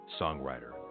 songwriter